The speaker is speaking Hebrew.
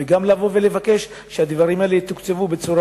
וגם לבוא ולבקש שהדברים האלה יתוקצבו בצורה